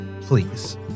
please